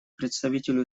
представителю